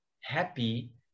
happy